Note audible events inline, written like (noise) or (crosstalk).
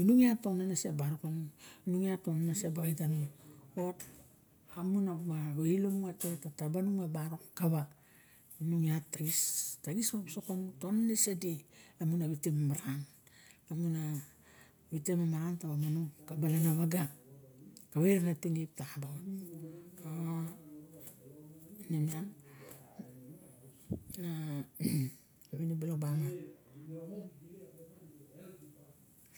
inung ilit ta onenese barok kanung nung iat ta onenese baxin tanung kawa moxa ilo mu a tet lawa taba nung ma barok kawa nung iat ta xis ma wisok kanung ta onenese di ine ra wite maran lamun a wite maran taba manong ka balana waga kave rana tinip ta xa ba of in miang a (noise) (hesitation)